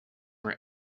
were